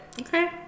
Okay